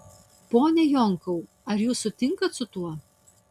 pone jonkau ar jūs sutinkat su tuo